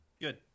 Good